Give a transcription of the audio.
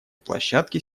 площадке